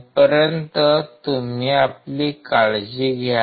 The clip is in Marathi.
तोपर्यंत तुम्ही आपली काळजी घ्या